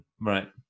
Right